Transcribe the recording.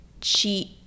cheat